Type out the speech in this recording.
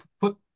put